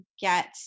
get